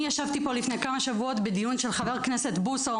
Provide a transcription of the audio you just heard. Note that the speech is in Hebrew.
אני ישבתי פה לפני כמה שבועות בדיון של חבר הכנסת בוסו,